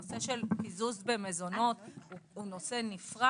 הנושא של קיזוז במזונות הוא נושא נפרד.